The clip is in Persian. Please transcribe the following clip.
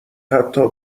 حتی